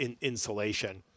insulation